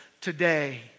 today